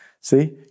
See